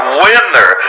winner